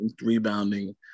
rebounding